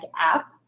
app